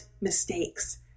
mistakes